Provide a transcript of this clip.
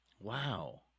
Wow